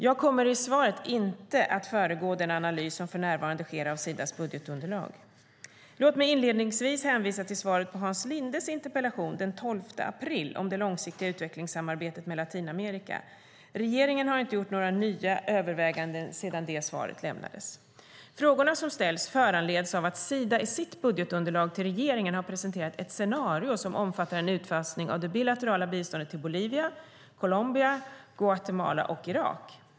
Jag kommer i svaret inte att föregripa den analys som för närvarande sker av Sidas budgetunderlag. Låt mig inledningsvis hänvisa till svaret på Hans Lindes interpellation den 12 april om det långsiktiga utvecklingssamarbetet med Latinamerika. Regeringen har inte gjort några nya överväganden sedan det svaret lämnades. Frågorna som ställs föranleds av att Sida i sitt budgetunderlag till regeringen har presenterat ett scenario som omfattar en utfasning av det bilaterala biståndet till Bolivia, Colombia, Guatemala och Irak.